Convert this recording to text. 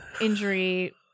injury